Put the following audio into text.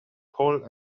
paul